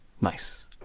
Nice